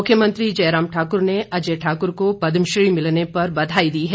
मुख्यमंत्री जयराम ठाकुर ने अजय ठाकुर को पद्मश्री मिलने पर बधाई दी है